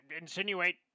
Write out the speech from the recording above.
insinuate